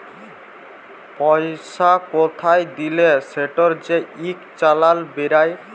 পইসা কোথায় দিলে সেটর যে ইক চালাল বেইরায়